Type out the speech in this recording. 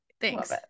thanks